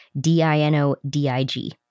D-I-N-O-D-I-G